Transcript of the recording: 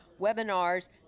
webinars